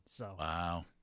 Wow